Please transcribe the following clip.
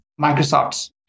Microsoft's